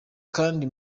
kandi